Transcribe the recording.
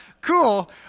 cool